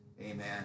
Amen